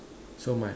so my